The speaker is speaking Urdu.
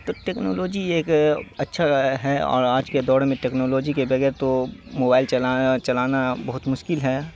تو ٹیکنالوجی ایک اچھا ہے اور آج کے دور میں ٹیکنالوجی کے بغیر تو موبائل چلانا چلانا بہت مشکل ہے